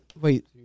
wait